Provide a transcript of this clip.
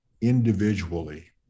individually